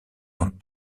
dans